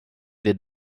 their